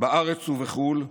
בארץ ובחו"ל,